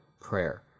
prayer